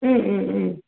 ம் ம் ம்